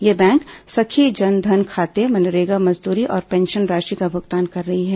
ये बैंक सखी जन धन खाते मनरेगा मजदूरी और पेंशन राशि का भुगतान कर रही हैं